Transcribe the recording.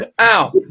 ow